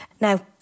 Now